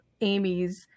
Amy's